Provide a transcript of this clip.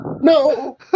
No